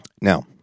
Now